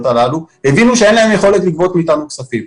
הללו הבינו שאין להם יכולת לגבות מאתנו כספים.